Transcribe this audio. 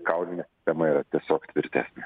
kaulinė sistema yra tiesiog tvirtesnė